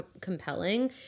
compelling